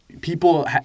people